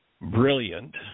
brilliant